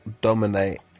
dominate